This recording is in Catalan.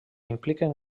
impliquen